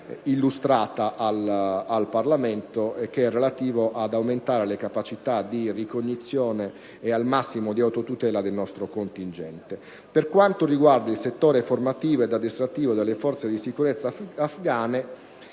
illustrata al Parlamento e che mira ad aumentare al massimo le capacità di ricognizione e di autotutela del nostro contingente. Per quanto riguarda il settore formativo e addestrativo delle forze di sicurezza afgane,